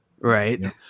Right